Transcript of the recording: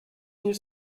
was